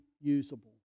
usable